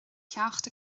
ceacht